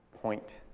point